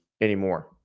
anymore